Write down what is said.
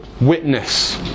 Witness